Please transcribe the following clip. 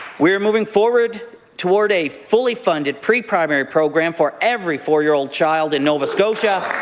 we are moving forward toward a fully-funded preprimary program for every four year old child in nova scotia.